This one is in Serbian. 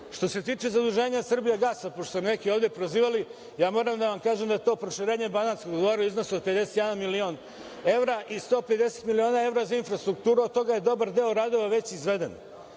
se tiče zaduženja „Srbijagasa“, pošto su me neki ovde prozivali, ja moram da vam kažem da je to proširenje banatskog koridora u iznosu od 51.000.000 evra i 150.000.000 evra za infrastrukturu, a od toga je dobar deo radova već izveden. Hoću